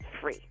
free